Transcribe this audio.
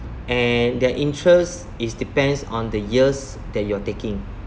and their interest is depends on the years that you are taking